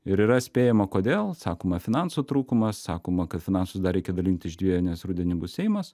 ir yra spėjama kodėl sakoma finansų trūkumas sakoma kad finansus dar reikia dalinti iš dviejų nes rudenį bus seimas